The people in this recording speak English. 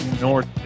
North